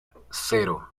cero